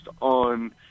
on